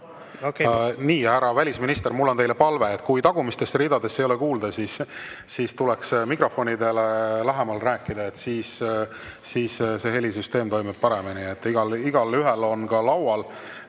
Nii, härra välisminister, mul on teile palve. Kuna tagumistesse ridadesse ei ole kuulda, siis tuleks mikrofonidele lähemal rääkida, siis see helisüsteem toimib paremini. Igaühel on ka laual